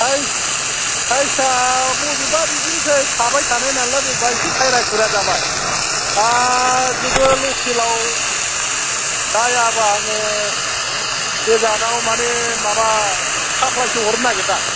size आ बबेबा बिदिनोसै खाबाय थानाय नालाय बबेबा एसे खायरा खुयरा जाबाय दा जुदि लकेल आव जायाबा आङो गोजानाव माने माबा साप्लाय सो हरनो नागिरदों आं